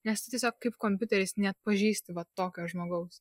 nes tu tiesiog kaip kompiuteris neatpažįsti va tokio žmogaus